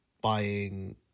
buying